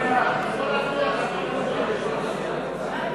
ההצעה להסיר מסדר-היום